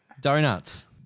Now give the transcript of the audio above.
Donuts